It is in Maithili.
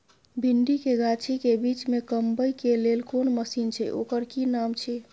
भिंडी के गाछी के बीच में कमबै के लेल कोन मसीन छै ओकर कि नाम छी?